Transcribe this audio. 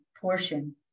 portion